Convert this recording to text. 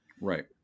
Right